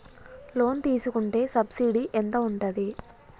Loan తీసుకుంటే subsidy ఎంత ఉంటది?